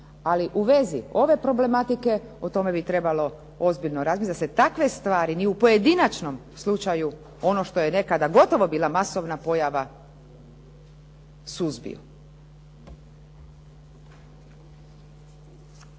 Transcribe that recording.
Ali u vezi ove problematike o tome bi trebalo ozbiljno razmisliti da se takve stvari ni u pojedinačnom slučaju ono što je nekada gotovo bila masovna pojava suzbiju.